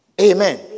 Amen